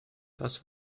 das